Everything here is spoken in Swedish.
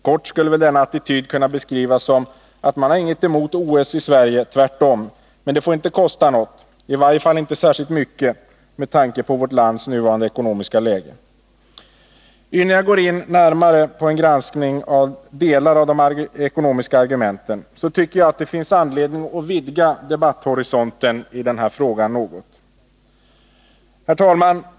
Kortfattat skulle väl denna attityd kunna beskrivas så, att man inte har något emot OS i Sverige — tvärtom — men det får inte kosta något, i varje fall inte särskilt mycket, med tanke på vårt lands nuvarande ekonomiska läge. Innan jag går närmare in på en granskning av delar av de ekonomiska argumenten finns det anledning att vidga debatthorisonten i frågan något. Herr talman!